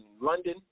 London